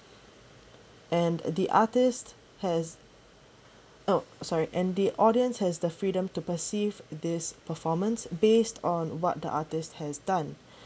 and the artist has oh sorry and the audience has the freedom to perceive this performance based on what the artist has done